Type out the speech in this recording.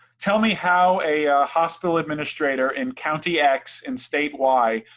tell me how a hospital administrator in county x and state y,